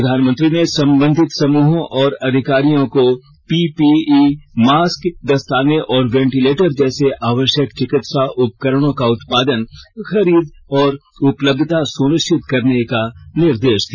प्रधानमंत्री ने संबंधित समूहों और अधिकारियों को पीपीई मास्क दस्ताने और वेंटीलेटर जैसे आवश्यक चिकित्सा उपकरणों का उत्पादन खरीद और उपलब्धता सुनिश्चित करने का निर्देश दिया